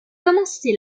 commencé